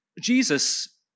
Jesus